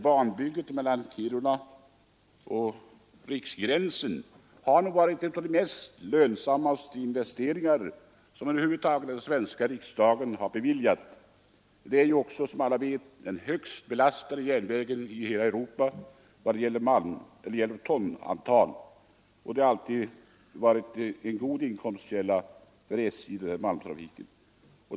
Banbyggandet mellan Kiruna och Riksgränsen är, vågar jag säga, den mest lönsamma av investeringar som över huvud taget beviljats av svenska riksdagen. Det är ju också, som alla vet, den högst belastade järnvägen i hela Europa i vad gäller tonantal, och malmtrafiken har alltid varit en god inkomstkälla för SJ.